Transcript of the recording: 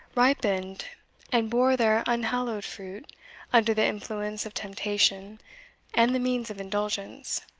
ripened and bore their unhallowed fruit under the influence of temptation and the means of indulgence.